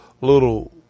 little